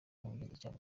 n’ubugenzacyaha